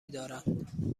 دارند